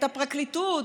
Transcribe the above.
את הפרקליטות,